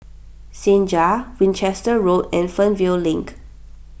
Senja Winchester Road and Fernvale Link